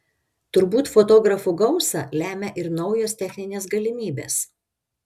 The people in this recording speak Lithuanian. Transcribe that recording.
turbūt fotografų gausą lemia ir naujos techninės galimybės